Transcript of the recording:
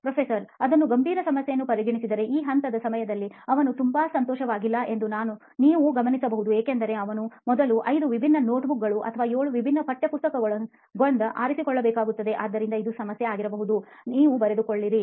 ಪ್ರೊಫೆಸರ್ಅದನ್ನು ಗಂಭೀರ ಸಮಸ್ಯೆಯೆಂದು ಪರಿಗಣಿಸಿದರೆ ಈ ಹಂತದ ಸಮಯದಲ್ಲಿ ಅವನು ತುಂಬಾ ಸಂತೋಷವಾಗಿಲ್ಲ ಎಂದು ನೀವು ಗಮನಿಸಬಹುದು ಏಕೆಂದರೆ ಅವನು ಮೊದಲು ಐದು ವಿಭಿನ್ನ ನೋಟ್ಬುಕ್ ಗಳು ಅಥವಾ ಏಳು ವಿಭಿನ್ನ ಪಠ್ಯಪುಸ್ತಕಗೊಳಗಿಂದ ಆರಿಸಿಕೊಳ್ಳುಬೇಕಾಗುತ್ತದೆ ಆದ್ದರಿಂದ ಅದು ಸಮಸ್ಯೆ ಆಗಬಹುದು ನೀವು ಬರೆದುಕೊಳ್ಳಿರಿ